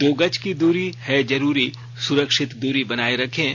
दो गज की दूरी है जरूरी सुरक्षित दूरी बनाए रखें